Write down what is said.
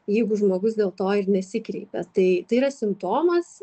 jeigu žmogus dėl to ir nesikreipia tai yra simptomas